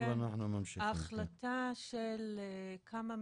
גדולות, לדוגמה, במסעדה של מחמישים